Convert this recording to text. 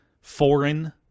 foreign